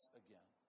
again